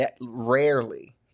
rarely